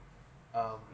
um